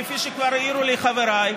כפי שכבר העירו לי חבריי,